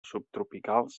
subtropicals